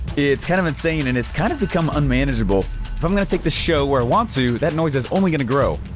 it's kind of insane and it's kind of become unmanageable, if i'm gonna take this show where i want to, that noise is only gonna grow.